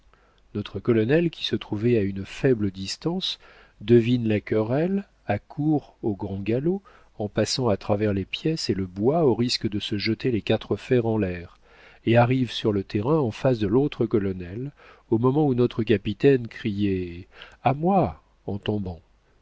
notre colonel qui se trouvait à une faible distance devine la querelle accourt au grand galop en passant à travers les pièces et le bois au risque de se jeter les quatre fers en l'air et arrive sur le terrain en face de l'autre colonel au moment où notre capitaine criait a moi en tombant